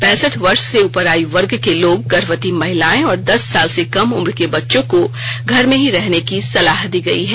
पैंसठ वर्ष से ऊपर आयुवर्ग के लोग गर्भवती महिलाएं और दंस साल से कम उम्र के बच्चों को घर में ही रहने की सलाह दी गई है